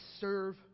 serve